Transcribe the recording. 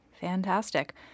fantastic